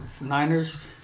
Niners